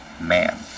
man